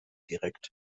direkt